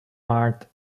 mart